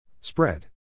Spread